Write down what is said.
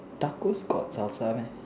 tacos got Salsa meh